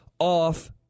off